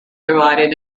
divided